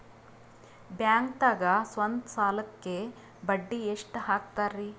ಬ್ಯಾಂಕ್ದಾಗ ಸ್ವಂತ ಸಾಲಕ್ಕೆ ಬಡ್ಡಿ ಎಷ್ಟ್ ಹಕ್ತಾರಿ?